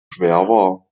schwer